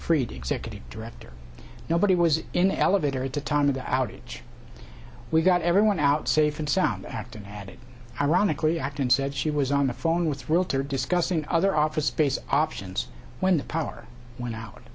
fried executive director nobody was in the elevator at the time of the outage we got everyone out safe and sound acted added ironically act and said she was on the phone with realtor discussing other office based options when the power went out